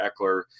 Eckler